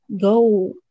go